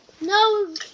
No